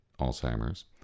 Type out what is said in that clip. Alzheimer's